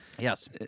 Yes